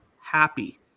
happy